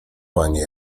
pani